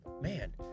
man